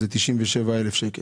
בשכר של 97,000 שקל.